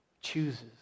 chooses